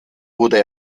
wurde